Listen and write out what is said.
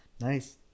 Nice